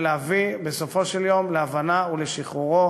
ולהביא בסופו של יום להבנה ולשחרורו,